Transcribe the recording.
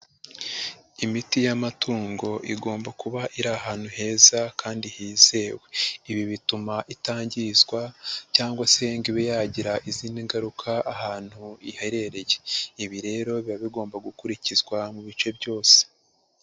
Imiti y'amatungo igomba kuba iri ahantu heza kandi hizewe, ibi bituma itangizwa cyangwa se ngo ibe yagira izindi ngaruka ahantu iherereye, ibi rero biba bigomba gukurikizwa mu bice byose.